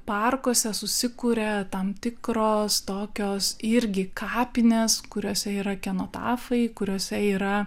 parkuose susikuria tam tikros tokios irgi kapinės kuriose yra kenotafai kuriose yra